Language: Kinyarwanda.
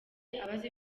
abazi